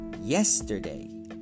Yesterday